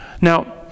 Now